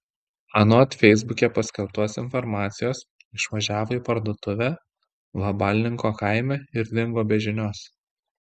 anot feisbuke paskelbtos informacijos išvažiavo į parduotuvę vabalninko kaime ir dingo be žinios